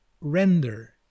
render